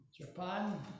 Japan